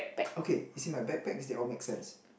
okay you see my backpack means they all makes sense